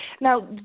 Now